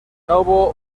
novo